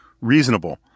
reasonable